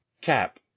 Cap